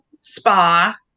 spa